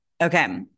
Okay